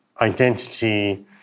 identity